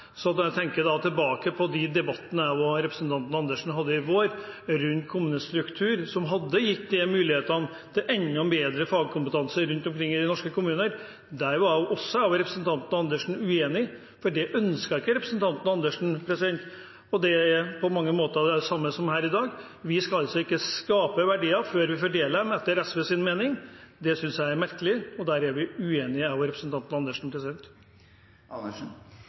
tenker jeg på de debattene jeg og representanten Andersen hadde i vår, om kommunestruktur, som hadde gitt muligheter til enda bedre fagkompetanse rundt omkring i norske kommuner. Også der er representanten Andersen og jeg uenige, for det ønsket ikke representanten Andersen. Det er på mange måter det samme her i dag. Vi skal altså ikke skape verdier før vi fordeler dem, etter SVs mening. Det synes jeg er merkelig, og der er vi uenige, jeg og representanten Andersen.